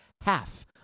half